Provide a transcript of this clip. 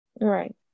Right